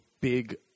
big